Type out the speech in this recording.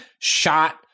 shot